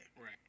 right